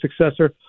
successor